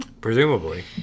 presumably